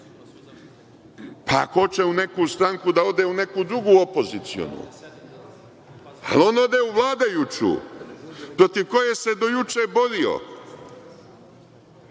ako hoće u neku stranku da ode, u neku drugu opozicionu, ali on ode u vladajuću, protiv koje se do juče borio,